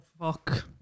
fuck